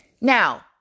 Now